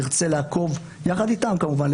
נרצה לעקוב יחד איתם כמובן,